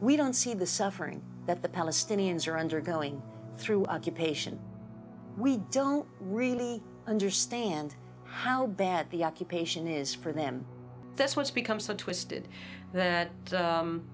we don't see the suffering that the palestinians are undergoing through occupation we don't really understand how bad the occupation is for them that's what's become so twisted that